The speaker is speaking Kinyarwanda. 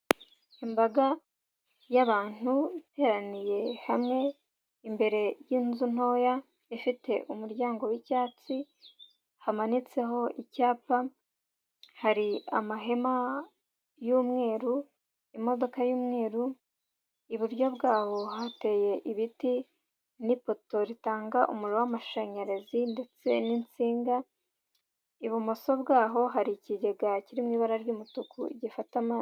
Imbaga y'abantu iteraniye hamwe imbere y'inzu ntoya, ifite umuryango w'icyatsi, hamanitseho icyapa, hari amahema y'umweru, imodoka y'umweru, iburyo bwaho hateye ibiti n'ipoto ritanga umuriro w'amashanyarazi ndetse n'insinga, ibumoso bwaho hari ikigega kirimo ibara ry'umutuku gifata amazi.